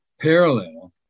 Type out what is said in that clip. parallel